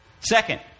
Second